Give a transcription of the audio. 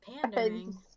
pandering